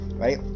right